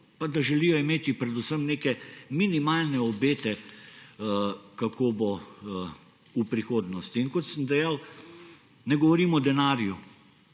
ter da želijo imeti neke minimalne obete, kako bo v prihodnosti. Kot sem dejal, ne govorim o denarju.